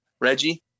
Reggie